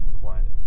quiet